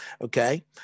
okay